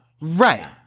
Right